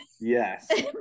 Yes